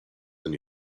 than